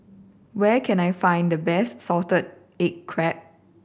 where can I find the best salted egg crab